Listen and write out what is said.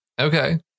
Okay